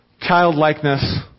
childlikeness